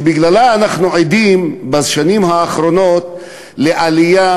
שבגללה אנחנו עדים בשנים האחרונות לעלייה